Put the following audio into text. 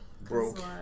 Broke